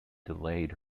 delayed